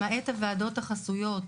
למעט הוועדות החסויות,